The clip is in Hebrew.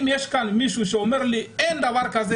אם יש כאן מישהו שאומר לי שאין דבר כזה